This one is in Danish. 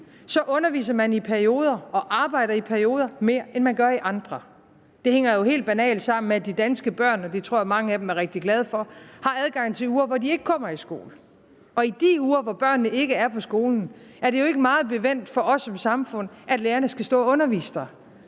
så underviser og arbejder man i perioder mere end i andre perioder. Det hænger jo helt banalt sammen med, at de danske børn – det tror jeg at mange af dem er rigtig glade for – har adgang til uger, hvor de ikke kommer i skole. Og i de uger, hvor børnene ikke er på skolen, er det jo ikke meget bevendt for os som samfund, at lærerne skal stå og undervise.